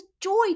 joy